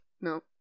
No